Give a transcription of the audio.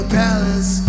palace